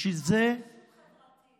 יש לך רגישות חברתית.